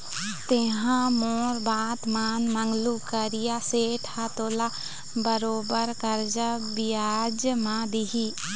तेंहा मोर बात मान मंगलू करिया सेठ ह तोला बरोबर करजा बियाज म दिही